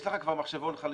יש לך כבר מחשבון חלופי.